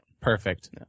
Perfect